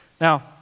Now